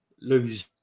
lose